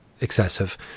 excessive